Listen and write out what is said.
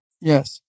Yes